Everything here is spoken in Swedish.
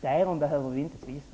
Därom behöver vi inte tvista.